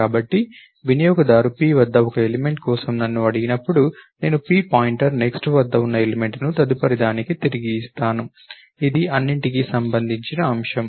కాబట్టి వినియోగదారు p వద్ద ఒక ఎలిమెంట్ కోసం నన్ను అడిగినప్పుడు నేను p పాయింటర్ నెక్స్ట్ వద్ద ఉన్న ఎలిమెంట్ ని తదుపరిదానికి తిరిగి ఇస్తాను ఇది అన్నింటికి సంబంధించిన అంశం